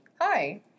Hi